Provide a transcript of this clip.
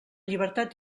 llibertat